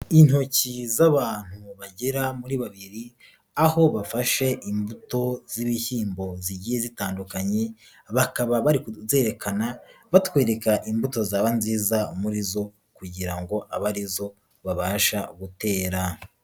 Intoki z'abantu bagera muri babiri, aho bafashe imbuto z'ibihinmbo zigiye zitandukanye, bakaba bari kuzererekana, batwereka imbuto zaba nziza muri zo kugira ngo abe ari zo babasha gutera.